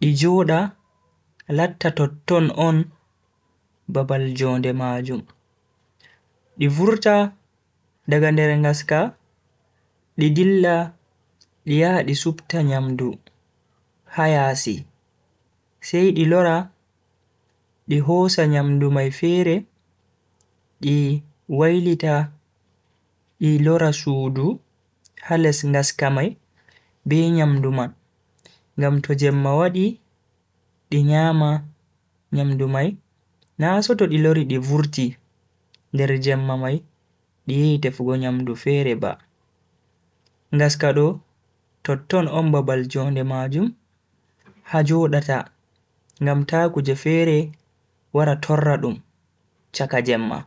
di jooda latta totton on babal njonde majum. Di vurta daga nder ngaska di dilla di yaha di supta nyamdu ha yasi sai di lora di hosa nyamdu mai fere di wailita di lora sudu ha les ngaska mai be nyamdu mai ngam to jemma wadi di nyama nyamdu mai na seto di lora di vurti nder jemma mai di yehi tefugo nyamdu fere ba. ngaska do totton on babal jonde majum ha jodata ngam ta kuje fere wara torra dum chaka jemma.